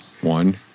One